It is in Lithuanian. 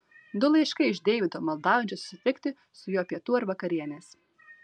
du laiškai iš deivido maldaujančio susitikti su juo pietų ar vakarienės